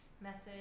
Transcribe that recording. message